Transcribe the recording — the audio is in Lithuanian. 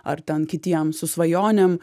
ar ten kitiem su svajonėm